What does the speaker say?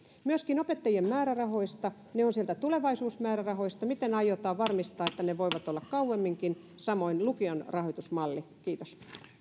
myöskin opettajien määrärahoista ne ovat sieltä tulevaisuusmäärärahoista miten aiotaan varmistaa että ne voivat olla kauemminkin samoin lukion rahoitusmallin kohdalla kiitos